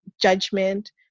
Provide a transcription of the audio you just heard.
judgment